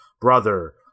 brother